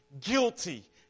guilty